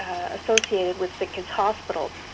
associated with sickkids hospitals.